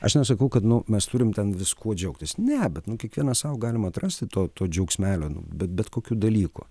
aš nesakau kad nu mes turim ten viskuo džiaugtis ne bet kiekvienas sau galim atrasti to to džiaugsmelio nu bet bet kokių dalykų